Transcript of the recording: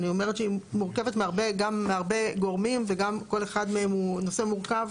אני אומרת שהיא מורכבת גם מהרבה גורמים וגם כל אחד מהם הוא נושא מורכב.